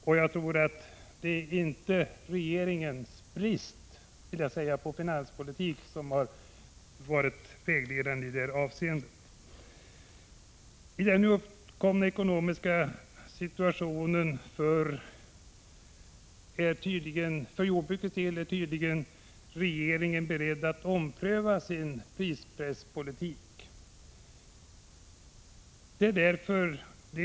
Det är inte regeringens finanspolitik — eller snarare brist på finanspolitik — som har varit utslagsgivande. I den nu uppkomna ekonomiska situationen är regeringen tydligen beredd att ompröva sin prispresspolitik.